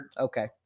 Okay